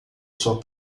sua